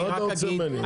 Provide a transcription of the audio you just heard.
מה אתה רוצה ממני?